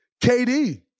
KD